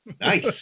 Nice